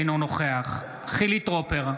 אינו נוכח חילי טרופר,